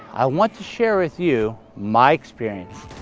i want to share with you my experience,